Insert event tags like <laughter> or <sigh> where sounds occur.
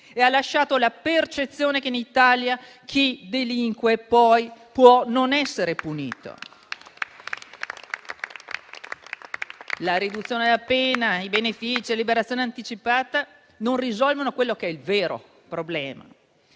della pena e la percezione che in Italia chi delinque può non essere punito. <applause> La riduzione della pena, i benefici e la liberazione anticipata non risolvono quello che è il vero problema